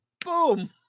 Boom